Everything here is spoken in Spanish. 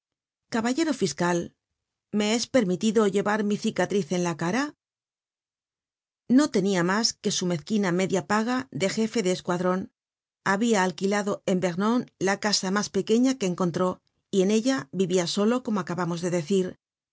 caballero fiscal me es permitido llevar mi cicatriz en la cara no tenia mas que su mezquina media paga de jefe de escuadron habia alquilado en vernon la casa mas pequeña que encontró y en ella vivia solo como acabamos de decir